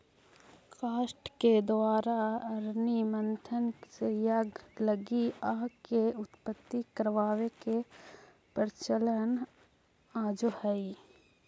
काष्ठ के द्वारा अरणि मन्थन से यज्ञ लगी आग के उत्पत्ति करवावे के प्रचलन आजो हई